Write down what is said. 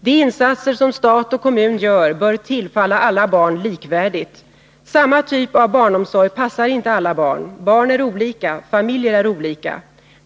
De insatser som stat och kommun gör bör tillfalla alla barn likvärdigt. Samma typ av barnomsorg passar inte alla barn. Barn är olika, och familjer är olika.